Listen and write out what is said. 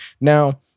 Now